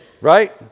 Right